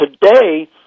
today